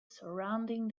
surrounding